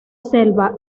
selva